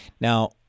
Now